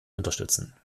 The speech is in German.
unterstützen